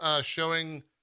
showing